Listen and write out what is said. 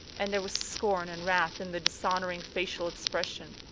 and there was scorn and wrath in the dishonouring facial expression.